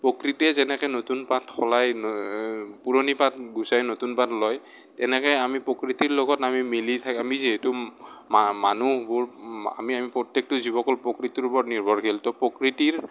প্ৰকৃতিয়ে যেনেকৈ নতুন পাত সলায় পুৰণি পাত গুচাই নতুন পাত লয় তেনেকৈ আমি প্ৰকৃতিৰ লগত আমি মিলি আমি থা আমি যিহেতু মানুহবোৰ আমি আমি প্ৰত্যেকটো জীৱকুল প্ৰকৃতিৰ ওপৰত নিৰ্ভৰশীল ত' প্ৰকৃতিৰ